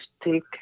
stick